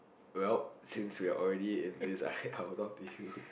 well since we are already in this